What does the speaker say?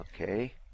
okay